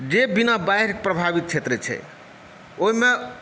जे बिना बाढ़ि प्रभावित क्षेत्र छै ओहिमे